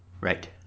Right